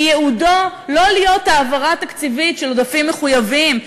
וייעודו לא להיות העברה תקציבית של עודפים מחויבים,